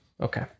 okay